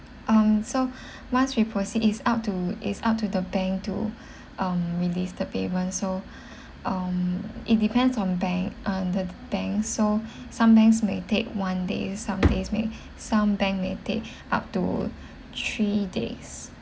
um so once we proceed is up to is up to the bank to um released the payment so um it depends on bank on the bank so some banks may take one day some days may some bank may take up to three days